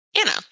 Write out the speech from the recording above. Anna